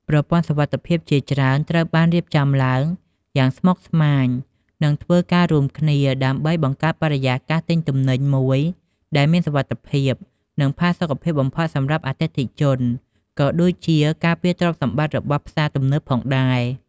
ប្រព័ន្ធសុវត្ថិភាពជាច្រើនត្រូវបានរៀបចំឡើងយ៉ាងស្មុគស្មាញ និងធ្វើការរួមគ្នា ដើម្បីបង្កើតបរិយាកាសទិញទំនិញមួយដែលមានសុវត្ថិភាព និងផាសុកភាពបំផុតសម្រាប់អតិថិជន ក៏ដូចជាការពារទ្រព្យសម្បត្តិរបស់ផ្សារទំនើបផងដែរ។